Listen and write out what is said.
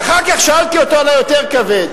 ואחר כך שאלתי אותו על היותר כבד.